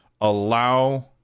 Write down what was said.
allow